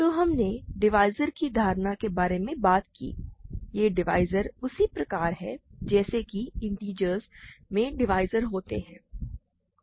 तो हमने डिवाइज़र की धारणा के बारे में बात की ये डिवाइज़र उसी प्रकार हैं जैसे कि पूर्णांक में डिवाइज़र होते है